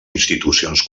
institucions